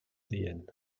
sehen